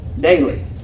daily